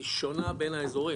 היא שונה בין האזורים,